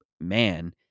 man